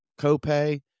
copay